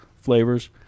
flavors